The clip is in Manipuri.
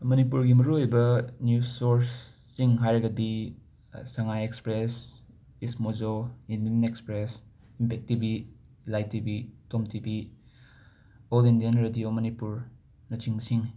ꯃꯅꯤꯄꯨꯔꯒꯤ ꯃꯔꯨ ꯑꯣꯏꯕ ꯅ꯭ꯌꯨꯁ ꯁꯣꯔꯁꯁꯤꯡ ꯍꯥꯏꯔꯒꯗꯤ ꯁꯉꯥꯏ ꯑꯦꯛꯁꯄ꯭ꯔꯦꯁ ꯏꯁ ꯃꯣꯖꯣ ꯏꯟꯗꯟ express Impact TV Elai TV Tom TV all Indian radio Manipur ꯑꯁꯤꯅꯆꯤꯡꯕꯁꯤꯡꯅꯤ